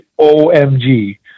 OMG